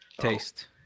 Taste